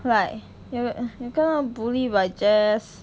like you you get bully by jess